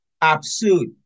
absurd